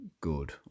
good